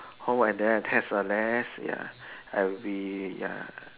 home and then the tax are less ya I will be ya